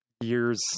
years